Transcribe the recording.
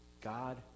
God